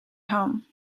home